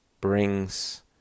brings